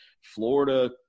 florida